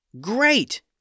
Great